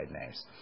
names